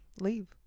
leave